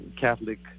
Catholic